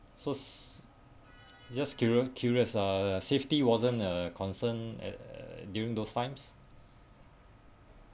so it's just curio~ curious uh safety wasn't a concern at uh during those times